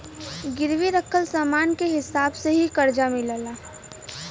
गिरवी रखल समान के हिसाब से ही करजा मिलेला